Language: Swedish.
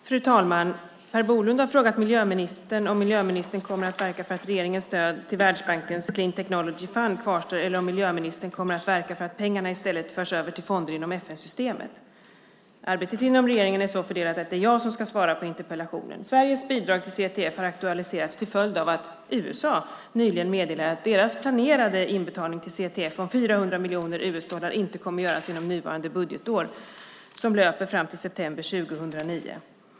Fru talman! Per Bolund har frågat miljöministern om miljöministern kommer att verka för att regeringens stöd till Världsbankens Clean Technology Fund kvarstår eller om miljöministern kommer att verka för att pengarna i stället förs över till fonder inom FN-systemet. Arbetet inom regeringen är så fördelat att det är jag som ska svara på interpellationen. Sveriges bidrag till CTF har aktualiserats till följd av att USA nyligen meddelade att deras planerade inbetalning till CTF om 400 miljoner US-dollar inte kommer att göras inom nuvarande budgetår, som löper fram till september 2009.